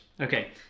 Okay